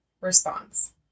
Response